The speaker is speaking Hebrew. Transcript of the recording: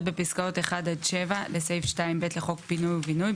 בפסקאות (1) עד (7) לסעיף 2(ב) לחוק פינוי ובינוי,